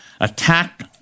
attack